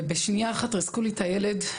ובשנייה אחת ריסקו לי את הילד,